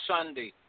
Sunday